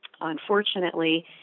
Unfortunately